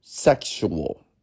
sexual